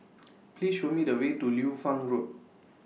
Please Show Me The Way to Liu Fang Road